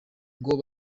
ngo